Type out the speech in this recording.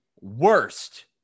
worst